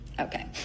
Okay